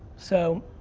so,